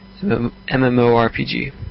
MMORPG